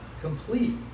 complete